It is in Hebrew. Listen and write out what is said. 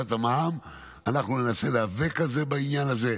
הורדת המע"מ, אנחנו ננסה להיאבק על זה בעניין הזה.